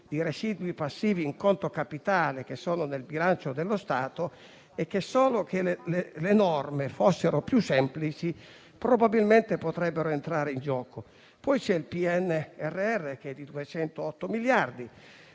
di residui passivi in conto capitale, che sono nel bilancio dello Stato e che, se solo le norme fossero più semplici, probabilmente potrebbero entrare in gioco. Poi c'è il PNRR, che è di 208 miliardi;